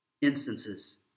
instances